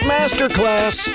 Masterclass